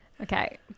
okay